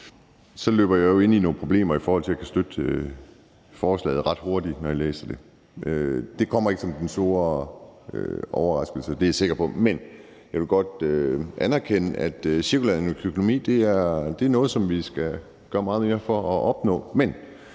forslaget, ind i nogle problemer i forhold til at kunne støtte det. Det kommer ikke som den store overraskelse; det er jeg sikker på. Men jeg vil godt anerkende, at cirkulær økonomi er noget, vi skal gøre meget mere for at opnå,